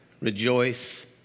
rejoice